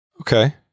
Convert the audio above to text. Okay